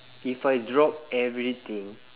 if I drop everything